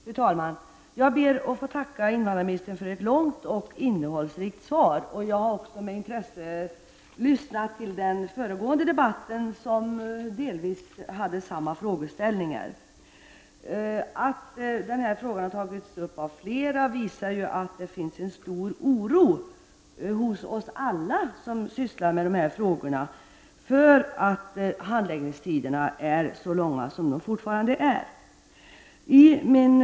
Fru talman! Jag ber att få tacka invandrarministern för ett långt och innehållsrikt svar. Jag har också med intresse lyssnat till den föregående debatten som delvis rörde samma frågeställningar. Att den här frågan har tagits upp av flera, visar ju att det finns en stor oro hos oss alla som sysslar med dessa frågor över att handläggningstiderna fortfarande är så långa.